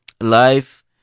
life